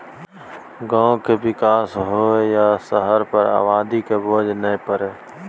गांव के विकास होइ आ शहर पर आबादी के बोझ नइ परइ